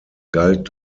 galt